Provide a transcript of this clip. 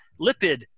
Lipid